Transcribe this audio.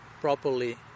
properly